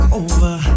over